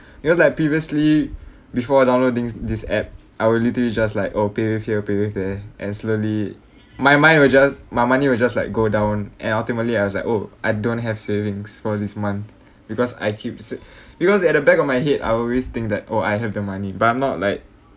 because like previously before downloading this app I will literally just like oh pay wave here pay wave there and slowly my money just my money will just like go down and ultimately I was like oh I don't have savings for this month because I keep sa~ because at the back of my head I always think that oh I have the money but I'm not like